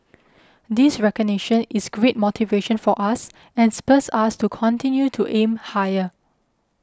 this recognition is great motivation for us and spurs us to continue to aim higher